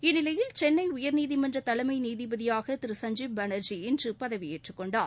இந்நிலையில் சென்னை உயர்நீதிமன்ற தலைமை நீதிபதியாக திரு சஞ்சீப் பானர்ஜிஇன்று பதவியேற்றுக் கொண்டார்